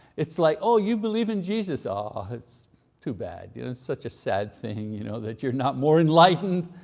it's like, oh you believe in jesus. aww, it's too bad, it's such a sad thing you know that you're not more enlightened.